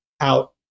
out